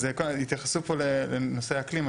אז התייחסו פה לנושא האקלים,